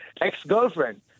ex-girlfriend